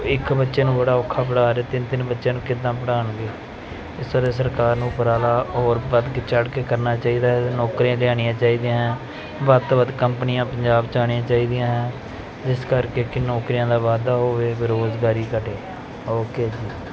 ਇੱਕ ਬੱਚੇ ਨੂੰ ਬੜਾ ਔਖਾ ਪੜ੍ਹਾ ਰਹੇ ਤਿੰਨ ਤਿੰਨ ਬੱਚਿਆਂ ਨੂੰ ਕਿੱਦਾਂ ਪੜ੍ਹਾਉਣਗੇ ਇਸ ਤਰ੍ਹਾਂ ਸਰਕਾਰ ਨੂੰ ਉਪਰਾਲਾ ਔਰ ਵੱਧ ਕੇ ਚੜ੍ਹ ਕੇ ਕਰਨਾ ਚਾਹੀਦਾ ਹੈ ਨੌਕਰੀਆਂ ਲਿਆਉਣੀਆਂ ਚਾਹੀਦੀਆਂ ਹੈ ਵੱਧ ਤੋਂ ਵੱਧ ਕੰਪਨੀਆਂ ਪੰਜਾਬ 'ਚ ਆਉਣੀਆਂ ਚਾਹੀਦੀਆਂ ਹੈ ਜਿਸ ਕਰਕੇ ਕਿ ਨੌਕਰੀਆਂ ਦਾ ਵਾਧਾ ਹੋਵੇ ਬੇਰੁਜ਼ਗਾਰੀ ਘਟੇ ਓਕੇ ਜੀ